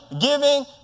giving